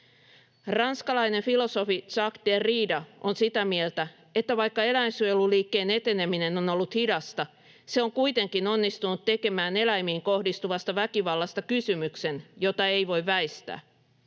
Ranskalainen filosofi Jacques Derrida on sitä mieltä, että vaikka eläinsuojeluliikkeen eteneminen on ollut hidasta, se on kuitenkin onnistunut tekemään eläimiin kohdistuvasta väkivallasta kysymyksen, jota ei voi väistää.